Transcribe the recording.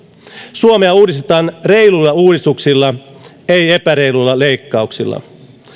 suomea uudistetaan reiluilla uudistuksilla ei epäreiluilla leikkauksilla